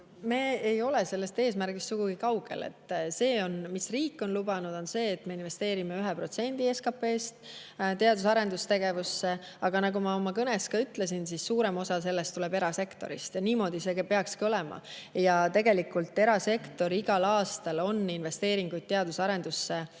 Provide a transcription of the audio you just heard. Me ei ole sellest eesmärgist sugugi kaugel. Riik on lubanud, et me investeerime 1% SKP‑st teadus‑ ja arendustegevusse, aga nagu ma oma kõnes ka ütlesin, suurem osa sellest tuleb erasektorist. Ja niimoodi see peakski olema. Tegelikult erasektor igal aastal on investeeringuid teaduse arendusse